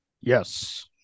yes